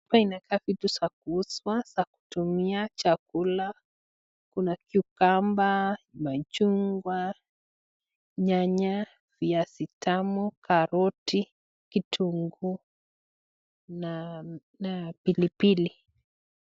Pia inakaa vitu za kuuzwa za kutumia chakula kuna cucumber , machungwa, nyanya, viazi tamu, karoti, kitunguu na pili.